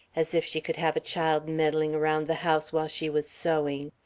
as if she could have a child meddling round the house while she was sewing.